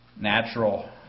natural